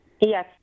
Yes